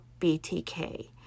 BTK